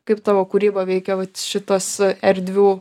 kaip tavo kūrybą veikia vat šitas erdvių